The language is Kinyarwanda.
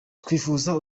twifuza